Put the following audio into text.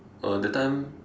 uh that time